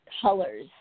colors